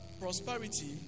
Prosperity